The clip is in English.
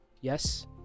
yes